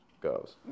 goes